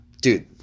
dude